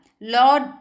Lord